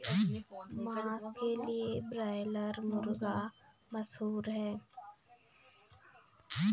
मांस के लिए ब्रायलर मुर्गा मशहूर है